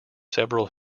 several